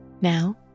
now